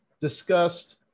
discussed